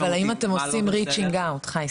חי,